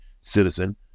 citizen